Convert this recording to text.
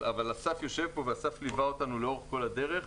אבל אסף פה והוא ליווה אותנו לאורך כל הדרך,